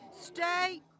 Stay